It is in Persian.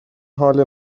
حال